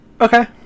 Okay